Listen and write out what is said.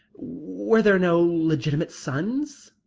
were there no legitimate sons?